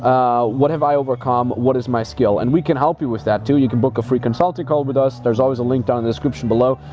what have i overcome, what is my skill? and we can help you with that too. you can book a free consulting call with us. there's always a link down in description below,